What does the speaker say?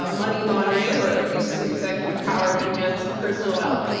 ah money laundering, or abuses of executive power to enhance personal wealth.